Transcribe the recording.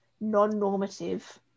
non-normative